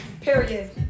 Period